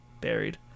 buried